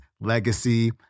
legacy